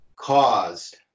caused